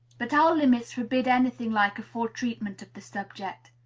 but our limits forbid any thing like a full treatment of the subject.